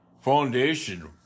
foundation